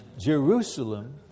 Jerusalem